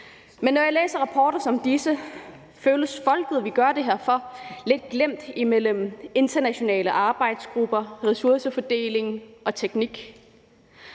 Men når jeg læser rapporter som disse, føles folket, vi gør det her for, lidt glemt imellem internationale arbejdsgrupper, ressourcefordeling og teknik.